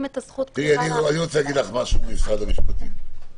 את הזכות --- אני רוצה להגיד משהו למשרד המשפטים.